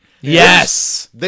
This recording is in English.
Yes